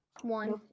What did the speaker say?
One